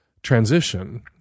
transition